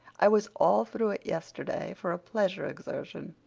i was all through it yesterday for a pleasure exertion.